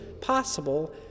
possible